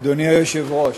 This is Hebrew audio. אדוני היושב-ראש,